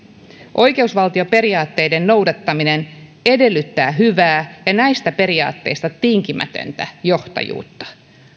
oikeusvaltioperiaatteiden noudattaminen edellyttää hyvää ja näistä periaatteista tinkimätöntä johtajuutta